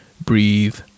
breathe